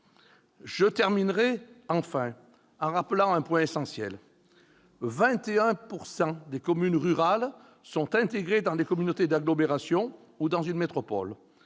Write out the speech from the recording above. Je terminerai mon propos en rappelant un point essentiel : 21 % des communes rurales sont intégrées à des communautés d'agglomération ou à une métropole.